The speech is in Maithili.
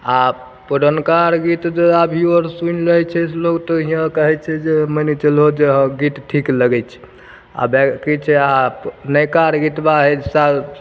आ पुरनका आर गीत जे अभियो आर सुनि लै छै से लोग हीयाँ कहै छै जे माने चलहो जे गीत ठीक लगै छै आबए की छै आप नवका आर गितबा एक साल